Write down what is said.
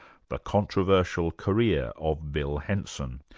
the controversial career of bill henson.